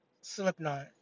Slipknot